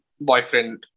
boyfriend